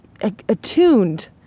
attuned